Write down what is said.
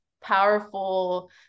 powerful